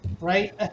right